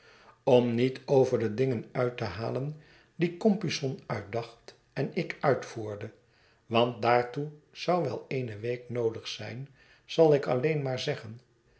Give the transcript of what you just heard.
om niet over de dingen uit te halen die compeyson uitdacht en ik uitvoerde want daartoe zou wel eene week noodig zijn zal ik alleen maar zeggen